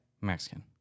Mexican